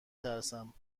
ترسم